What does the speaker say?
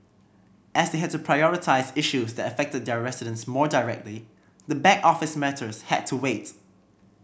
as they had to prioritise issues that affected their residents more directly the back office matters had to wait